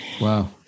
wow